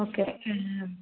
okay